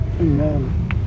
Amen